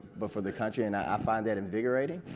but for the country, and i find that invigorating.